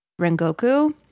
rengoku